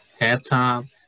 Halftime